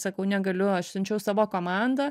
sakau negaliu aš siunčiau savo komandą